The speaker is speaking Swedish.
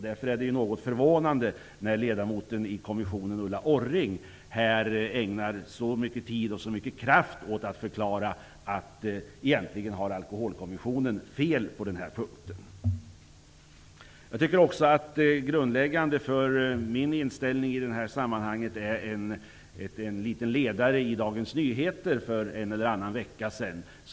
Därför är det något förvånande att Ulla Orring, som är ledamot i kommissionen, ägnar så mycket tid och kraft åt att förklara att Alkoholpolitiska kommissionen egentligen har fel på den här punkten. Det grundläggande för min inställning i detta sammanhang är något som jag läste i en ledare i Dagens Nyheter för en eller annan vecka sedan.